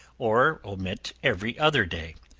or omit every other day,